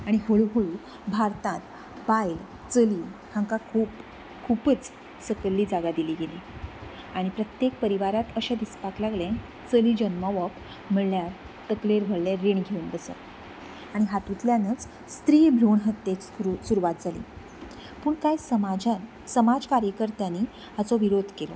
आनी हळू हळू भारतांत बायल चली हांकां खूब खुबच सकयली जागा दिली गेली आनी प्रत्येक परिवारांत अशें दिसपाक लागलें चली जन्मवप म्हणल्यार तकलेर व्हडलें रीण घेवन बसप आनी हातुंतल्यानच स्त्री भ्रूण हत्येक स्रू सुरवात जाली पूण कांय समाजांत समाज कार्यकर्त्यांनी हाचो विरोध केलो